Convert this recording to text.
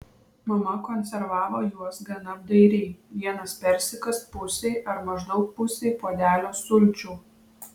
mama konservavo juos gana apdairiai vienas persikas pusei ar maždaug pusei puodelio sulčių